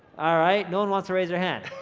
ah right, no one wants to raise their hand.